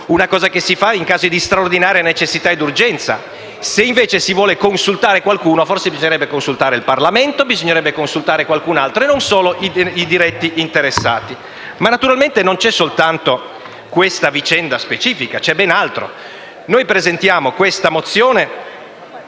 adottare in casi di straordinaria necessità ed urgenza; se invece si vuole consultare qualcuno, forse bisognerebbe consultare il Parlamento, qualcuno altro e non solo i diretti interessati. Naturalmente non c'è solo questa vicenda specifica, c'è ben altro. Noi presentiamo questa mozione